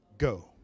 go